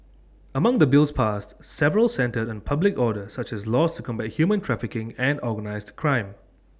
among the bills passed several centred the public order such as laws to combat human trafficking and organised crime